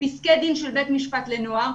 פסקי דין של בית משפט לנוער,